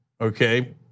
okay